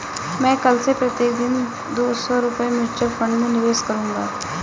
मैं कल से प्रत्येक दिन दो सौ रुपए म्यूचुअल फ़ंड में निवेश करूंगा